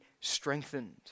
strengthened